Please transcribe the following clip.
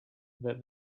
that